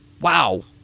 wow